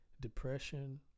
depression